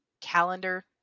calendar